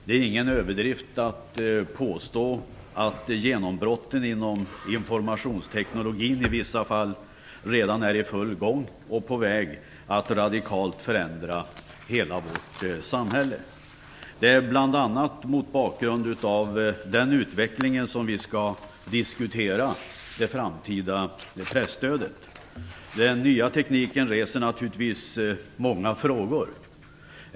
Det är ingen överdrift att påstå att genombrotten inom informationstekniken i vissa fall redan är i full gång och på väg att radikalt förändra hela vårt samhälle. Det är bl.a. mot bakgrund av den utvecklingen som vi skall diskutera det framtida presstödet. Den nya tekniken reser naturligtvis många frågor.